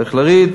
צריך לריב,